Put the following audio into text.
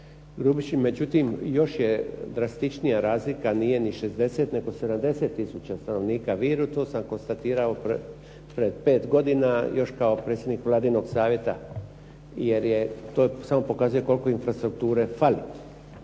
Grubišić, međutim još je drastičnija razlika, nije ni 60, nego 70 tisuća stanovnika Viru, to sam konstatirao pred 5 godina još kao predsjednik Vladinog savjeta jer to samo pokazuje koliko infrastrukture fali